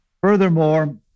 Furthermore